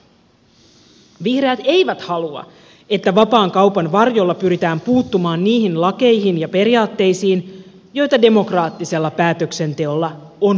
vihreät eivät halua että vapaan kaupan varjolla pyritään puuttumaan niihin lakeihin ja periaatteisiin joita demokraattisella päätöksenteolla on luotu